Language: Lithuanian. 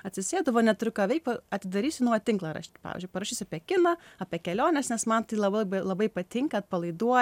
atsisėdu va neturiu ką veikt atidarysiu nu va tinklaraštį pavyzdžiui parašysiu apie kiną apie keliones nes man tai labai labai patinka atpalaiduoja